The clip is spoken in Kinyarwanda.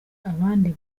abandi